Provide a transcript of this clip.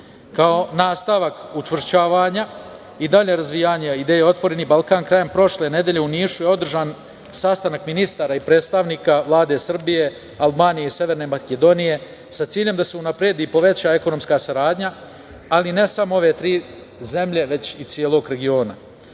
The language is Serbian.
nastavak učvršćivanja i daljeg razvijanja ideje „Otvoreni Balkan“ krajem prošle nedelje u Nišu je održan sastanak ministara i predstavnika Vlade Srbije, Albanije i Severne Makedonije sa ciljem da se unapredi i poveća ekonomska saradnja, ali ne samo ove tri zemlje, već i celog